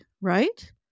right